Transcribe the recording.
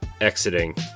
exiting